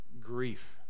Grief